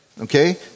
okay